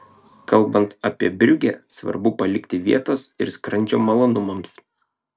kalbant apie briugę svarbu palikti vietos ir skrandžio malonumams